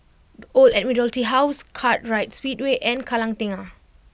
The Old Admiralty House Kartright Speedway and Kallang Tengah